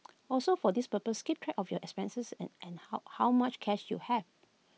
also for this purpose keep track of your expenses and and how how much cash you have